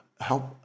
help